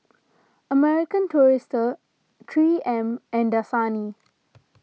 American Tourister three M and Dasani